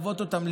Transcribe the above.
ללוות אותם,